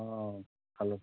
অঁ খালোঁ খালোঁ